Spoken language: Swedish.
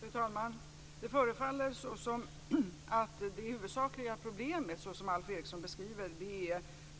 Fru talman! Det förefaller som att det huvudsakliga problemet, såsom Alf Eriksson beskriver det,